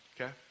Okay